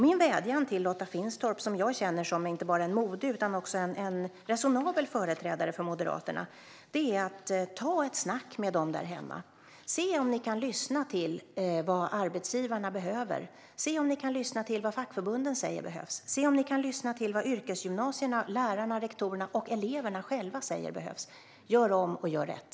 Min vädjan till Lotta Finstorp, som jag känner som inte bara en modig utan också en resonabel företrädare för Moderaterna, är att ta ett snack med dem där hemma. Se om ni kan lyssna till vad arbetsgivarna behöver. Se om ni kan lyssna till vad fackförbunden säger behövs. Se om ni kan lyssna till vad yrkesgymnasierna, lärarna, rektorerna och eleverna själva säger behövs. Gör om och gör rätt!